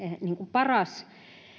paras